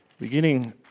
Beginning